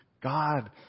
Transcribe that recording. God